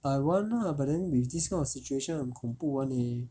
I want lah but then with this kind of situation 很恐怖 [one] leh